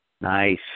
Nice